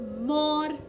more